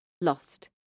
Lost